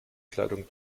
kleidung